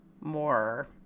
more